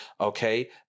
okay